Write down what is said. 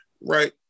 right